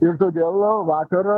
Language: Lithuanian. ir todėl vakar